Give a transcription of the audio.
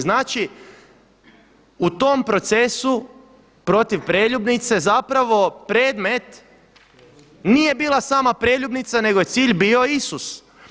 Znači u tom procesu protiv preljubnice zapravo predmet nije bila sama preljubnica nego je cilj bio Isus.